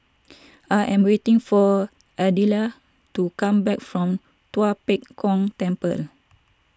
I am waiting for Ardella to come back from Tua Pek Kong Temple